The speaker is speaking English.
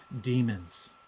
demons